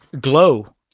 glow